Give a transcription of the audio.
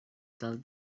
del